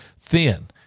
thin